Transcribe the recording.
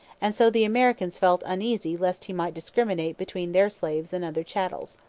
and so the americans felt uneasy lest he might discriminate between their slaves and other chattels.